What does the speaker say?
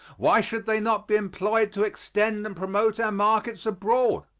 why should they not be employed to extend and promote our markets abroad?